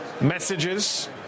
messages